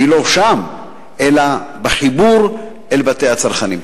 היא לא שם אלא בחיבור אל בתי הצרכנים.